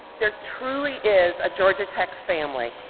there truly is a georgia tech family,